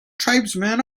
tribesmen